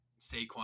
Saquon